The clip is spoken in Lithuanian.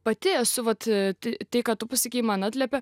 pati esu vat tai kad tu pasakei man atliepė